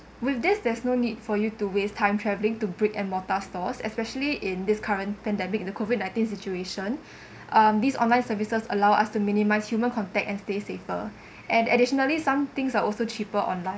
with this there's no need for you to waste time travelling to brick and mortar stores especially in this current pandemic the COVID nineteen situation um this online services allow us to minimise human contact and stay safer and additionally some things are also cheaper online